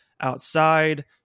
outside